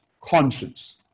conscience